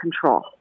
control